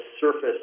surface